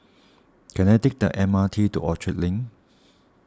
can I take the M R T to Orchard Link